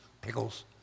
pickles